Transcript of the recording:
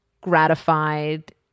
gratified